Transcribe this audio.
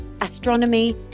astronomy